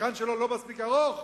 הזקן שלו לא מספיק ארוך?